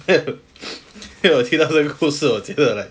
因为因为我听到喝一口水我觉得 like